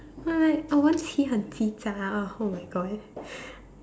like I won't say 很鸡杂 !ugh! oh-my-God